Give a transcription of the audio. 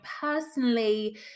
personally